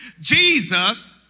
Jesus